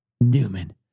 Newman